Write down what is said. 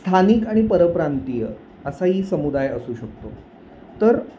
स्थानिक आणि परप्रांतीय असा ही समुदाय असू शकतो तर